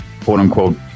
quote-unquote